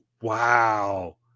wow